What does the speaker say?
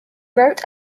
wrote